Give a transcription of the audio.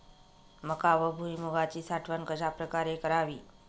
मका व भुईमूगाची साठवण कशाप्रकारे करावी?